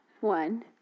One